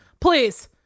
Please